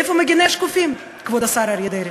איפה מגיני השקופים, כבוד השר אריה דרעי?